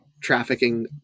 trafficking